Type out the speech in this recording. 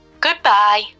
Goodbye